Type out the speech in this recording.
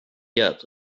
yet